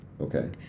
Okay